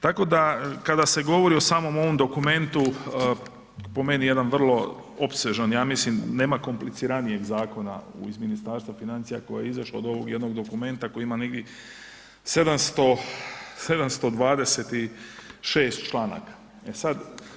Tako da kada se govori o samom ovom dokumentu, po meni jedan vrlo opsežan ja mislim nema kompliciranijeg zakona iz Ministarstva financija koji je izašao od ovog jednog dokumenta koji ima negdje 700, 726 članaka.